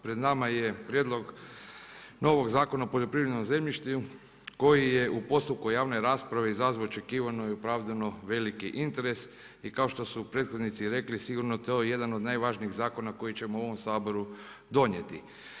Pred nama je Prijedlog novog Zakona o poljoprivrednom zemljištu koji je u postupku javne rasprave izazvao očekivano i opravdano veliki interes i kao što su prethodnici rekli, sigurno to je jedan od najvažnijih zakona koje ćemo u ovom Saboru donijeti.